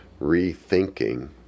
rethinking